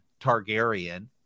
Targaryen